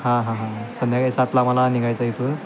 हां हां हां संध्याकाळी सातला आम्हाला निघायचं आहे इथून